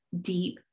deep